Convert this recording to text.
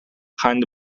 kind